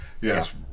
Yes